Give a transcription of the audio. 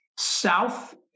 South